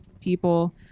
people